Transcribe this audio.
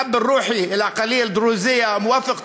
(אומר בערבית: האב הרוחני של המיעוט הדרוזי מוואפק טריף.